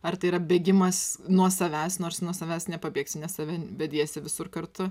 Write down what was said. ar tai yra bėgimas nuo savęs nors nuo savęs nepabėgsi ne save vediesi visur kartu